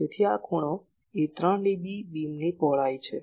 તેથી આ ખૂણો એ 3 dB બીમની પહોળાઈ છે